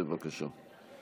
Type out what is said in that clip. בבקשה.